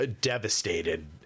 Devastated